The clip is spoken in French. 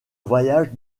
voyage